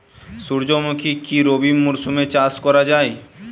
সুর্যমুখী কি রবি মরশুমে চাষ করা যায়?